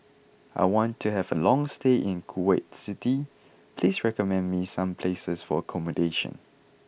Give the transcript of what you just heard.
I want to have a long stay in Kuwait City please recommend me some places for accommodation